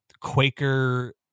Quaker